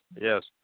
Yes